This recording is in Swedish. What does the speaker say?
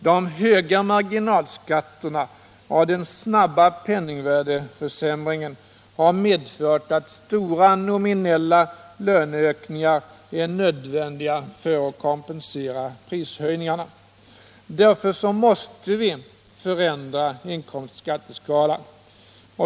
De höga marginalskatterna och den snabba penningvärdeförsämringen har medfört att stora nominella löneökningar är nödvändiga för att kompensera prishöjningarna. Därför måste vi förändra inkomstskatteskalan.